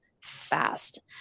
fast